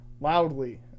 loudly